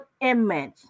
image